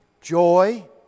joy